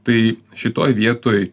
tai šitoj vietoj